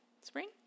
spring